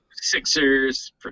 sixers